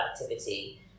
activity